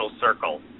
circle